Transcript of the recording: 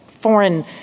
foreign